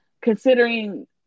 considering